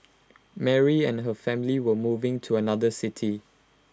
Mary and her family were moving to another city